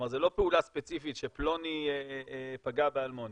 זו לא פעולה ספציפית שפלוני פגע באלמוני,